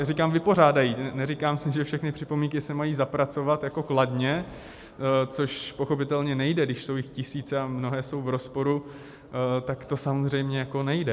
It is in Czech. Říkám vypořádají, neříkám, že všechny připomínky se mají zapracovat jako kladně, což pochopitelně nejde, když jsou jich tisíce a mnohé jsou v rozporu, tak to samozřejmě jako nejde.